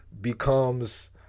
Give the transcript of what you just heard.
becomes